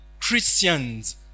Christians